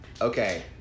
Okay